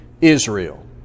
Israel